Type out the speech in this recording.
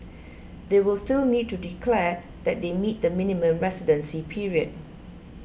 they will still need to declare that they meet the minimum residency period